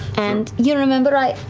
and you remember i,